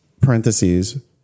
parentheses